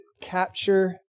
capture